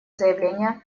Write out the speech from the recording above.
заявления